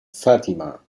fatima